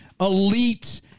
elite